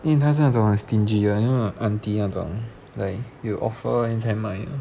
因为她是那种 stingy [one] you know aunty 那种有 offer then 才买